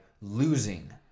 losing